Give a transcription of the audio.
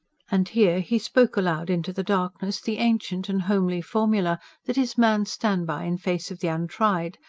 and here he spoke aloud into the darkness the ancient and homely formula that is man's stand-by in face of the untried,